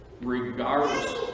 regardless